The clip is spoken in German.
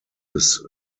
des